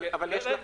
משה, רגע.